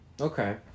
Okay